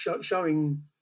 showing